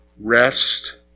Rest